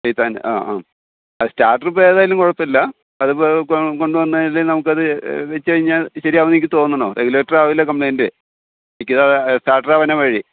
ഖേത്താൻ ആ ആ സ്റ്റാർട്ടർ ഇപ്പോൾ ഏതായാലും കുഴപ്പം ഇല്ല അതിപ്പോൾ കൊണ്ടുവന്നാല് നമുക്കത് വെച്ച് കഴിഞ്ഞാൽ ശെരിയാകും എന്ന് എനിക്ക് തോന്നുന്നു റെഗുലേറ്ററാവില്ല കംപ്ലെയിൻറ്റ് സ്റ്റാർട്ടർ ആകാനാണ് വഴി